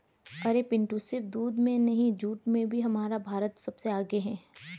अरे पिंटू सिर्फ दूध में नहीं जूट में भी हमारा भारत सबसे आगे हैं